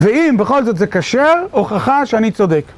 ואם בכל זאת זה כשר, הוכחה שאני צודק.